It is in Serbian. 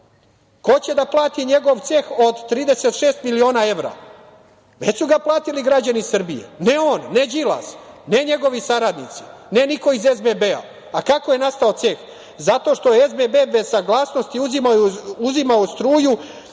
Ko će da plati njegov ceh od 36 miliona evra? Već su ga platili građani Srbije. Ne on, ne Đilas, ne njegovi saradnici, ne niko iz SBB-a. Kako je nastao ceh? Zato što je SBB bez saglasnosti uzimao struju